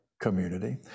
community